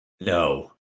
No